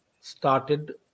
started